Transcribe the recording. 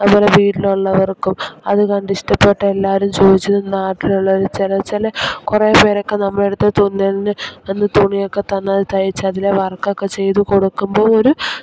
അതുപോലെ വീട്ടിൽ ഉള്ളവർക്കും അതു കണ്ടു ഇഷ്ടപ്പെട്ട എല്ലാവരും ചോദിച്ചു നാട്ടിലുള്ളവർ ചില ചില കുറെ പേരൊക്കെ നമ്മൾ എടുത്ത് തുന്നലിന് തുണി ഒക്കെ തന്നത് തയ്ച്ചു അതിലെ വർകൊക്കെ ചെയ്തു കൊടുക്കുമ്പോൾ ഒരു